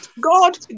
God